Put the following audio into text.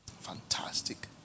Fantastic